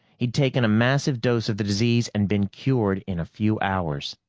he'd taken a massive dose of the disease and been cured in a few hours.